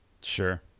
Sure